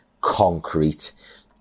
concrete